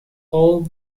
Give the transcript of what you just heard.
paul